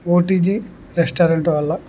ఓ T G restaurant వాళ్ళా